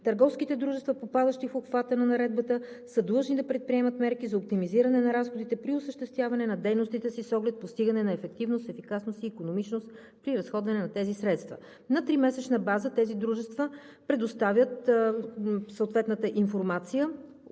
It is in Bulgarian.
търговските дружества, попадащи в обхвата на наредбата, са длъжни да предприемат мерки за оптимизиране на разходите при осъществяване на дейностите си с оглед постигане на ефективност, ефикасност и икономичност при разходване на тези средства. На тримесечна база тези дружества предоставят съответната информация.